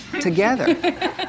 together